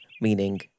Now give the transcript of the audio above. meaning